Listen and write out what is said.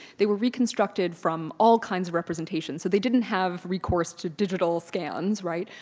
they were reconstructed from all kinds of representations. so they didn't have recourse to digital scans, right?